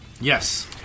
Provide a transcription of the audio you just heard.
Yes